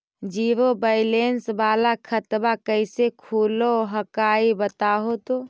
Zero balance वाला खतवा कैसे खुलो हकाई बताहो तो?